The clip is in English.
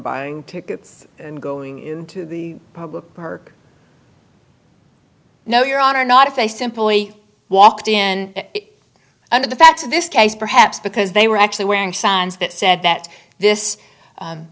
buying tickets and going into the public or no your honor not if they simply walked in under the facts of this case perhaps because they were actually wearing signs that said that this